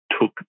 took